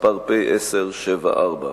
פ/1074.